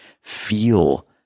feel